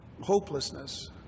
hopelessness